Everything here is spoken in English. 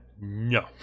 No